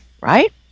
Right